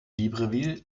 libreville